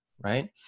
Right